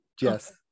Yes